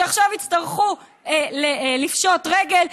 שעכשיו יצטרכו לפשוט רגל.